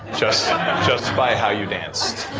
just just by how you danced,